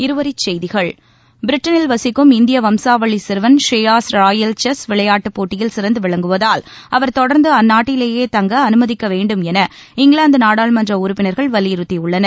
இருவரிச்செய்திகள் பிரிட்டனில் வசிக்கும் இந்திய வம்சாவளி சிறுவன் ஷ்ரேயாஸ் ராயல் செஸ் விளையாட்டுப் போட்டியில் சிறந்து விளங்குவதால் அவர் தொடர்ந்து அந்நாட்டிலேயே தங்க அனுமதிக்க வேண்டும் என இங்கிலாந்து நாடாளுமன்ற உறுப்பினர்கள் வலியுறுத்தியுள்ளனர்